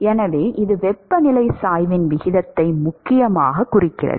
எனவே இது வெப்பநிலை சாய்வின் விகிதத்தை முக்கியமாகக் குறிக்கிறது